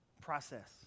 Process